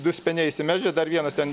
du speniai išsimelžę dar vienas ten